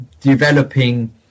developing